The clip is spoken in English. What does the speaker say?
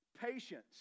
patience